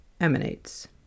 emanates